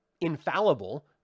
infallible